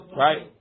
right